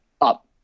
up